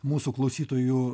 mūsų klausytojų